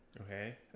Okay